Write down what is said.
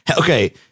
Okay